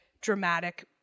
dramatic